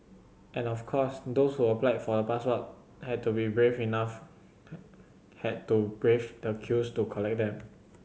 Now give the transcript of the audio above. and of course those who applied for the passport had to brave enough had to brave the queues to collect them